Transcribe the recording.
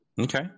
Okay